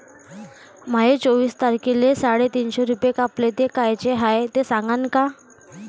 माये चोवीस तारखेले साडेतीनशे रूपे कापले, ते कायचे हाय ते सांगान का?